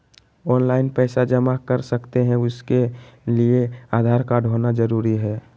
Online पैसा जमा कर सकते हैं उसके लिए आधार कार्ड होना जरूरी है?